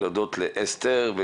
אסתר,